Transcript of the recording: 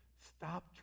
Stop